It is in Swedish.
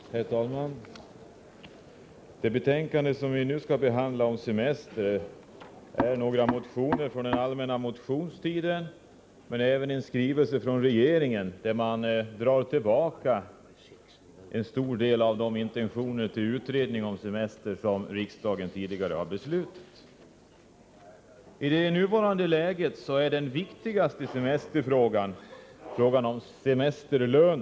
Herr talman! Det betänkande om semester som vi nu behandlar tar upp några motioner från allmänna motionstiden men även en skrivelse från regeringen, där man tar tillbaka en stor del av intentionerna beträffande en utredning om semester som riksdagen tidigare beslutat om. I det nuvarande läget är den viktigaste semesterfrågan frågan om semesterlön.